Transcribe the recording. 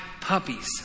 puppies